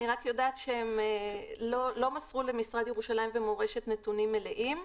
אני רק יודעת שהם לא מסרו למשרד ירושלים ומורשת נתונים מלאים,